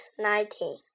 nineteen